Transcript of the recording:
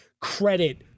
credit